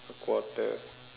a quarter